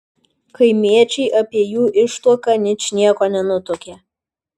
kaimiečiai apie jų ištuoką ničnieko nenutuokė